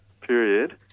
period